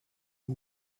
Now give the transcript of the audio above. who